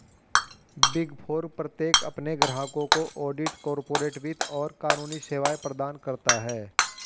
big four प्रत्येक अपने ग्राहकों को ऑडिट, कॉर्पोरेट वित्त और कानूनी सेवाएं प्रदान करता है